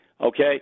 okay